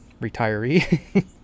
retiree